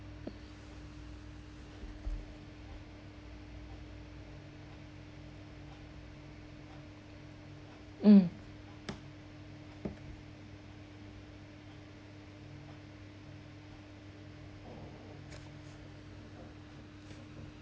um